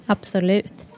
Absolut